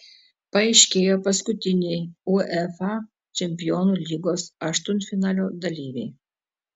paaiškėjo paskutiniai uefa čempionų lygos aštuntfinalio dalyviai